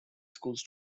schools